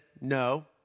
no